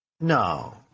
no